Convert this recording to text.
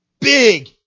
Big